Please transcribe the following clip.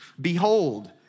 behold